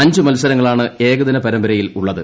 അഞ്ച് മത്സരങ്ങളാണ് ഏകദീന പരമ്പരയിൽ ഉള്ളത്